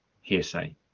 hearsay